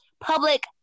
public